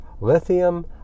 lithium